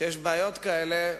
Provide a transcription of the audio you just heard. שיש בעיות כאלה.